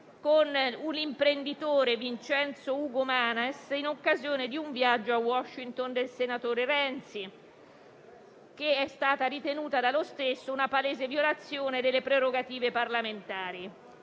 con un imprenditore, Vincenzo Ugo Manes, in occasione di un viaggio a Washington del senatore Renzi, che è stata ritenuta dallo stesso una palese violazione delle prerogative parlamentari.